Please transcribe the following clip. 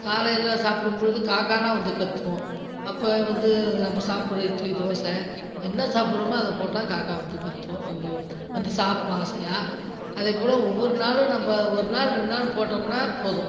காலையில் சாப்பிடும் பொழுது காக்காலாம் வந்து கற்றும் அப்போ வந்து நம்ம சாப்பிடுற இட்லி தோசை என்ன சாப்பிடுறோமோ அதை போட்டால் காக்கா வந்து கற்றும் வந்து வந்து சாப்பிடும் ஆசையாக அதே போல் ஒவ்வொரு நாளும் நம்ம ஒரு நாள் ரெண்டு நாள் போட்டோம்னா போதும்